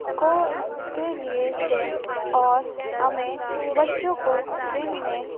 کو کے لیے دیں اور ہمیں بچوں کو دن میں